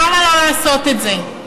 למה לא לעשות את זה?